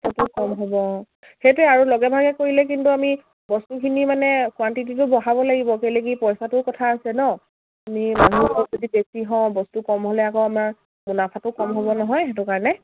সেইটো কম হ'ব সেইটোৱে আৰু লগে ভাগে কৰিলে কিন্তু আমি বস্তুখিনি মানে কোৱাণ্টিটিটো বঢ়াব লাগিব কেলে কি পইচাটো কথা আছে ন আমি মানুহ যদি বেছি হওঁ বস্তু কম হ'লে আকৌ আমাৰ মুনাফাটো কম হ'ব নহয় সেইটো কাৰণে